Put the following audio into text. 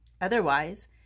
Otherwise